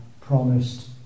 promised